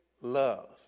love